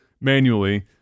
manually